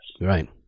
Right